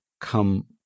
come